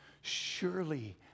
Surely